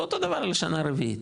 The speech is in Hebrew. ואותו דבר לשנה רביעית.